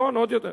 נכון, עוד יותר.